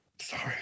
Sorry